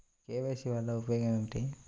KYC వలన ఉపయోగం ఏమిటీ?